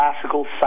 classical